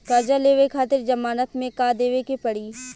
कर्जा लेवे खातिर जमानत मे का देवे के पड़ी?